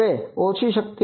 હવે ઓછી શક્તિ